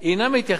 ידידי מאיר,